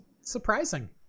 Surprising